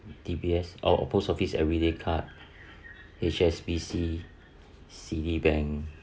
D_B_S or a post office everyday card H_S_B_C Citibank